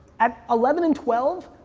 at eleven and twelve,